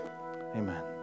Amen